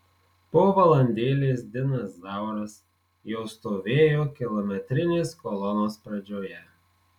po valandėlės dinas zauras jau stovėjo kilometrinės kolonos pradžioje